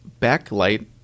backlight